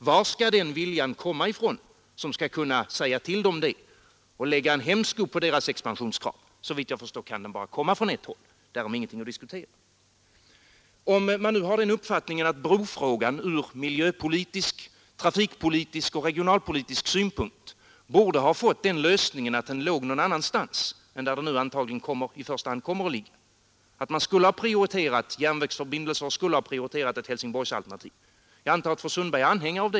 Varifrån skall den viljan komma som skall kunna säga till dem det och lägga en hämsko på deras expansionskrav? Såvitt jag kan förstå kan den bara komma från ett håll; därom är ingen diskussion. Jag antar att fru Sundberg liksom jag är anhängare av den uppfattningen att brofrågan ur miljöpolitisk, trafikpolitisk och regionalpolitisk synpunkt borde ha fått den lösningen att bron placerades någon annanstans än där den nu antagligen kommer att ligga och att man skulle ha prioriterat järnvägsförbindelse och ett Helsingborgsalternativ.